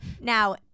Now